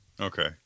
Okay